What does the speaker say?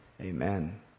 Amen